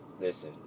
Listen